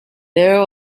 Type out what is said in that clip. there